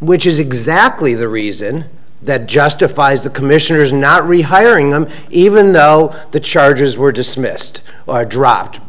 which is exactly the reason that justifies the commissioners not rehiring them even though the charges were dismissed or dropped